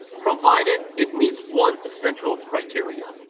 provided it meets one essential criteria,